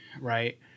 right